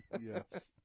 Yes